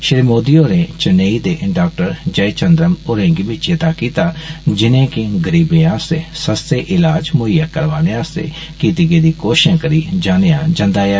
श्री मोदी होरें चन्नई दे डाक्टर जयचन्द्रम होरें गी बी चेता कीता जिनें गी गरीबें आस्तै सस्ते इलाज मुहैय्या करवाने आस्तै कीती गेदी कोषिषें करी जानेआ जंदा ऐ